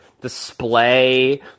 display